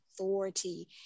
authority